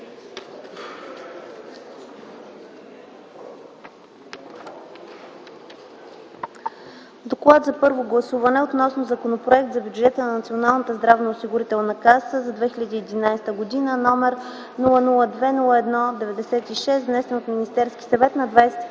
Подлагам на първо гласуване Законопроект за бюджета на Националната здравноосигурителна каса за 2011 г., № 002-01 96, внесен от Министерския съвет на 22